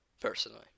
Personally